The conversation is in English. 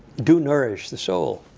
do nourish the soul,